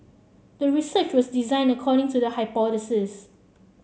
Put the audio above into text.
the research was designed according to the hypothesis